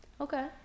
Okay